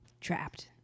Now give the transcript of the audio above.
Trapped